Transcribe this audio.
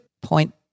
point